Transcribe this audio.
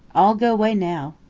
all go way now.